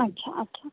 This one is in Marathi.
अच्छा अच्छा